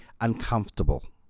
uncomfortable